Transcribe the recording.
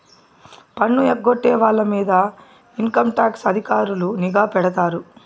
పన్ను ఎగ్గొట్టే వాళ్ళ మీద ఇన్కంటాక్స్ అధికారులు నిఘా పెడతారు